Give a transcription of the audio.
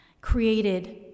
created